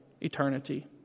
eternity